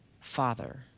father